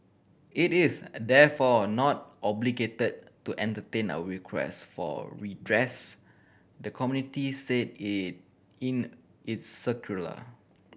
it is therefore not obligated to entertain our request for redress the community said it in its circular